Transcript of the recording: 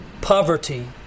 poverty